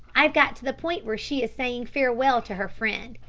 i've got to the point where she is saying farewell to her friend.